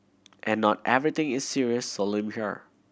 and not everything is serious solemn here